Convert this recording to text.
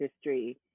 history